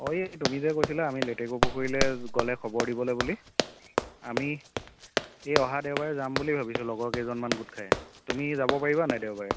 অ এই তুমি যে কৈছিলা আমি লেটেকু পুখুৰীলৈ গ'লে খবৰ দিবলৈ বুলি আমি এই অহা দেওবাৰে যাম বুলি ভাবিছোঁ লগৰ কেইজনমান গোট খাই তুমি যাব পাৰিবানে নাই দেওবাৰে